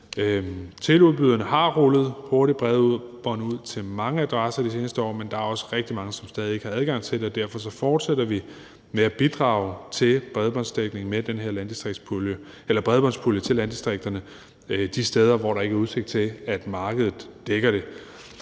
Teleudbyderne har rullet hurtigt bredbånd ud til mange adresser de seneste år, men der er også rigtig mange, som stadig ikke har adgang til det, og derfor fortsætter vi med at bidrage til bredbåndsdækningen med den her bredbåndspulje til landdistrikterne de steder, hvor der ikke er udsigt til, at markedet dækker det,